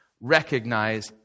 recognize